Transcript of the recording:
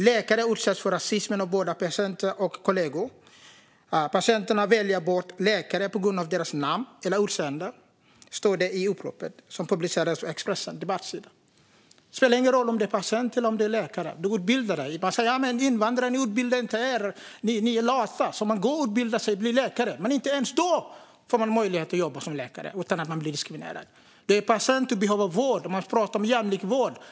Läkare utsätts för rasism av både patienter och kollegor. Patienterna väljer bort läkare på grund av deras namn eller utseende. Detta står i uppropet, som publicerades på Expressens debattsida. Det spelar ingen roll om det handlar om patienter eller läkare. Man utbildar sig. Man får höra att invandrare inte utbildar sig och att invandrare är lata, så man går och utbildar sig och blir läkare. Men inte ens då får man möjlighet att jobba som läkare utan att bli diskriminerad. Patienter behöver vård, och det pratas om jämlik vård.